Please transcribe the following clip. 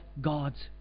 God's